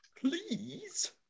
Please